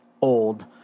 old